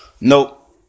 Nope